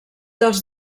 dels